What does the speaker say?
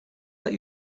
let